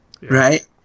Right